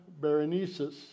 Berenices